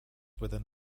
within